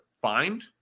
find